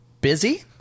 busy